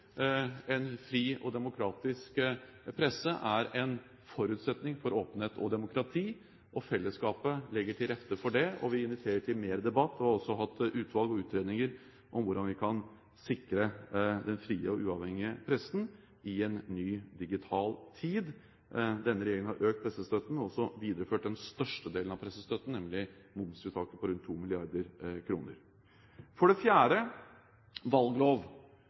En fri og demokratisk presse er en forutsetning for åpenhet og demokrati, og fellesskapet legger til rette for det. Vi inviterer til mer debatt og har også hatt utvalg og utredninger om hvordan vi kan sikre den frie og uavhengige pressen i en ny digital tid. Denne regjeringen har økt pressestøtten og også videreført den største delen av pressestøtten, nemlig momsfritaket på rundt 2 mrd. kr. For det fjerde: valglov